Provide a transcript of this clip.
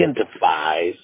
identifies